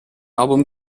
album